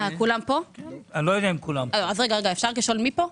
אפשר לשאול מי פה?